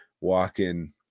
walking